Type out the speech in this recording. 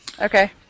Okay